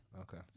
Okay